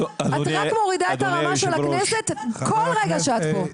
את רק מורידה את הרמה של הכנסת כל רגע שאת פה.